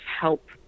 help